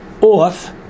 off